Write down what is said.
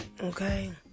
Okay